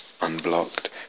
unblocked